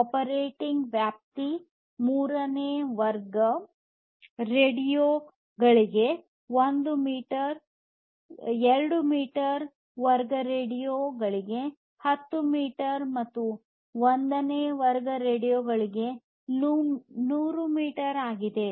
operating ವ್ಯಾಪ್ತಿ 3 ನೇ ವರ್ಗ ರೇಡಿಯೊ ಗಳಿಗೆ 1 ಮೀಟರ್ 2 ನೇ ವರ್ಗ ರೇಡಿಯೊ ಗಳಿಗೆ 10 ಮೀಟರ್ ಮತ್ತು 1 ನೇ ವರ್ಗ ರೇಡಿಯೊ ಗಳಿಗೆ 100 ಮೀಟರ್ ಆಗಿದೆ